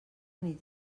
nit